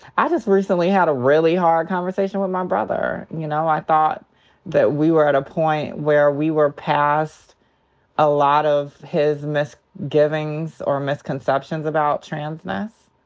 i just recently had a really hard conversation with my brother. you know, i thought that we were at a point where we were past a lot of his misgivings or misconceptions about transness.